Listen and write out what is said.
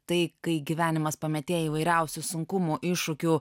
tai kai gyvenimas pametėja įvairiausių sunkumų iššūkių